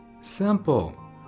Simple